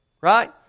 Right